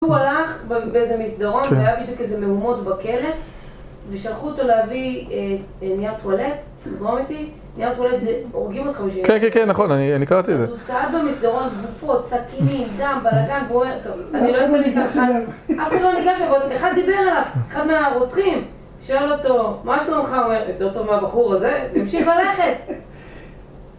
הוא הלך באיזה מסדרון, והיה בדיוק איזה מהומות בכלא ושלחו אותו להביא נייר טואלט, זרום איתי, נייר טואלט זה... הורגים אותך בשבילי כן, כן, כן, נכון, אני קראתי את זה, אז הוא צעד במסדרון, גופות, סכינים, דם, בלגן, ואומר טוב, אני לא יוצא מכאן חי, אף אחד לא ניגש אליו, אף אחד לא ניגש אליו, אחד דיבר אליו, אחד מהרוצחים שואל אותו, מה שלומך? אומר, יותר טוב מהבחור הזה, המשיך ללכת!